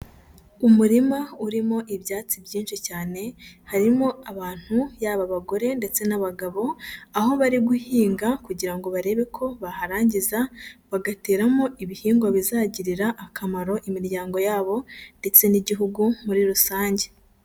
Umurima urimo ibyatsi byinshi cyane, harimo abantu yaba abagore ndetse n'abagabo, aho bari guhinga kugira ngo barebe ko baharangiza bagateramo ibihingwa bizagirira akamaro imiryango yabo ndetse n'Igihugu muri rusange.